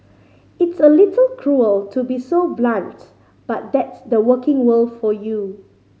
it's a little cruel to be so blunt but that's the working world for you